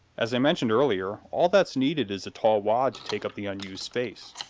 as i mentioned earlier, all that's needed is a tall wad to take up the unused space.